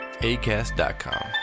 ACAST.com